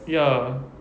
ya